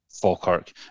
Falkirk